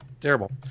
Terrible